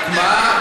רק מה?